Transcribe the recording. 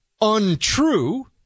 untrue